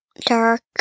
dark